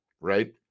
right